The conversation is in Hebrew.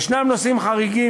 יש נושאים חריגים,